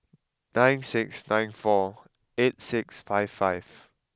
nine six nine four eight six five five